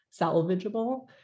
salvageable